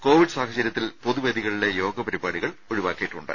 Covid സാഹചര്യത്തിൽ പൊതു വേദികളിലെ യോഗ പരിപാടികൾ ഒഴിവാക്കിയിട്ടുണ്ട്